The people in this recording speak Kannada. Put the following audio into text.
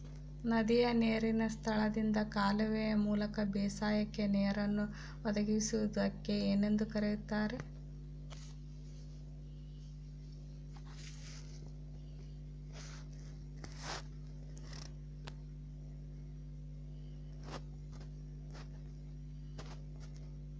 ನದಿಯ ನೇರಿನ ಸ್ಥಳದಿಂದ ಕಾಲುವೆಯ ಮೂಲಕ ಬೇಸಾಯಕ್ಕೆ ನೇರನ್ನು ಒದಗಿಸುವುದಕ್ಕೆ ಏನೆಂದು ಕರೆಯುತ್ತಾರೆ?